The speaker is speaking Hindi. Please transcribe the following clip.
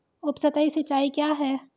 उपसतही सिंचाई क्या है?